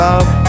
Love